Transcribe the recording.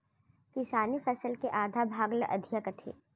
किसानी फसल के आधा भाग ल अधिया कथें